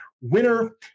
winner